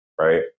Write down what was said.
right